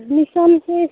admission fees